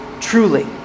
truly